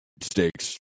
stakes